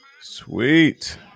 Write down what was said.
Sweet